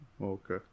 okay